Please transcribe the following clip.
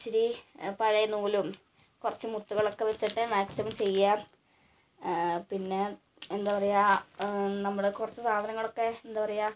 ഇത്തിരി പഴയ നൂലും കുറച്ച് മുത്തുകളൊക്കെ വച്ചിട്ട് മാക്സിമം ചെയ്യുക പിന്നെ എന്താണ് പറയുക നമ്മൾ കുറച്ച് സാധനങ്ങളൊക്കെ എന്താണ് പറയുക